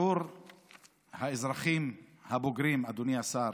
שיעור האזרחים הבוגרים, אדוני השר,